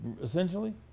essentially